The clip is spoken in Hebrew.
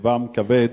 לבם כבד,